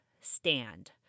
stand